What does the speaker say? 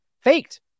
faked